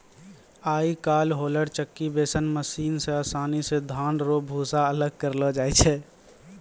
आय काइल होलर चक्की जैसन मशीन से आसानी से धान रो भूसा अलग करलो जाय छै